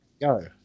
go